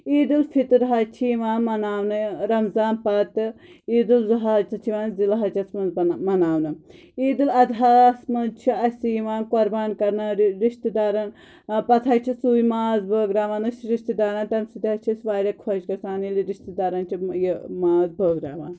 عیٖدُالفِطُر حَظ چھِ یِوان مناونہٕ رمضَان پتہٕ عیٖدُالضحیٰ ہس چھِ یِوان زِلحجس منٛز بنا مَنَاونہٕ عیٖدُالضحیٰس منٛز چھُ اسہِ یِوان قُربان کٔرنہٕ رشتہٕ دارن پتہٕ حَظ چھُ سُے ماز بٲغراون أسۍ رشتہٕ داران تمہِ سۭتۍ حَظ چھِ واریاہ خۄش گژھَان ییٚلہِ یہ رشتہٕ دارن چھِ یہِ ماز بٲغراوان